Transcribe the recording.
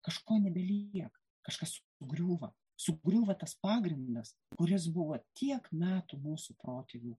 kažko nebelieka kažkas griūva sugriūva tas pagrindas kuris buvo tiek metų mūsų protėvių